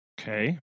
Okay